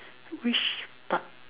which part